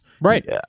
right